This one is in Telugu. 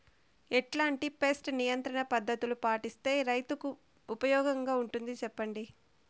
ఎట్లాంటి పెస్ట్ నియంత్రణ పద్ధతులు పాటిస్తే, రైతుకు ఉపయోగంగా ఉంటుంది సెప్పండి?